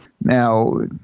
Now